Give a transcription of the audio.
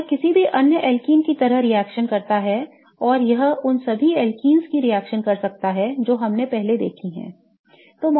यह किसी भी अन्य alkenes की तरह रिएक्शन करता है और यह उन सभी alkenes की रिएक्शन कर सकता है जो हमने पहले देखे हैं